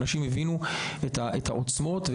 אנשים הבינו את העוצמות,